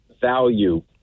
value